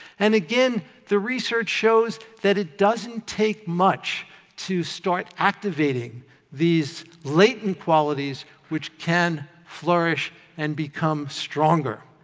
and, again, the research shows that it doesn't take much to start activating these latent qualities, which can flourish and become stronger.